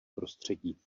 prostředí